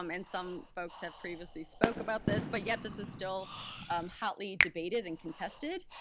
um and some folks have previously spoke about this, but yet this is still hotly debated and contested.